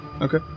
Okay